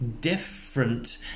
different